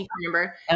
remember